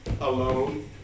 alone